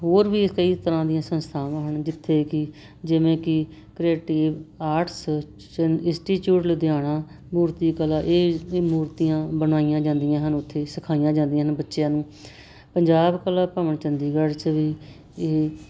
ਹੋਰ ਵੀ ਕਈ ਤਰ੍ਹਾਂ ਦੀਆਂ ਸੰਸਥਾਵਾਂ ਹਨ ਜਿੱਥੇ ਕਿ ਜਿਵੇਂ ਕਿ ਕ੍ਰੇਟੀਵ ਆਰਟਸ ਇੰਸਟੀਚਿਊਟ ਲੁਧਿਆਣਾ ਮੂਰਤੀ ਕਲਾ ਇਹ ਮੂਰਤੀਆਂ ਬਣਾਈਆਂ ਜਾਂਦੀਆਂ ਹਨ ਉੱਥੇ ਸਿਖਾਈਆਂ ਜਾਂਦੀਆਂ ਹਨ ਬੱਚਿਆਂ ਨੂੰ ਪੰਜਾਬ ਕਲਾ ਭਵਨ ਚੰਡੀਗੜ੍ਹ ਚ ਵੀ ਇਹ